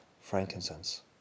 frankincense